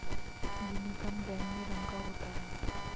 जिमीकंद बैंगनी रंग का होता है